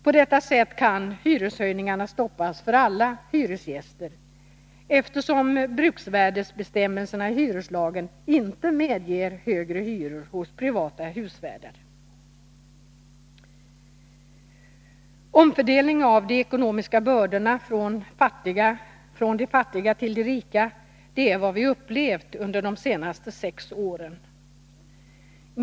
På detta sätt kan hyreshöjningarna stoppas för alla hyresgäster, eftersom bruksvärdesbestämmelserna i hyreslagen inte medger högre hyror hos privata hyresvärdar. Omfördelning av de ekonomiska bördorna från de fattiga till de rika är vad vi upplevt under de senaste sex åren.